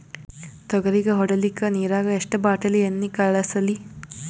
ತೊಗರಿಗ ಹೊಡಿಲಿಕ್ಕಿ ನಿರಾಗ ಎಷ್ಟ ಬಾಟಲಿ ಎಣ್ಣಿ ಕಳಸಲಿ?